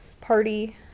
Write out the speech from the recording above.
party